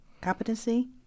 competency